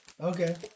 Okay